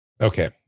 Okay